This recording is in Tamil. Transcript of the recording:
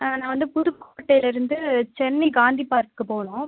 நான் வந்து புதுக்கோட்டையிலேருந்து சென்னை காந்தி பார்க்குக்கு போகணும்